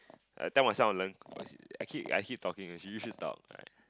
I'll tell myself I wanna learn I keep I keep talking you you should talk right